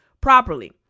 properly